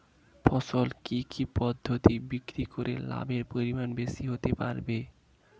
ফসল কি কি পদ্ধতি বিক্রি করে লাভের পরিমাণ বেশি হতে পারবে?